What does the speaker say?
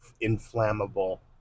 Inflammable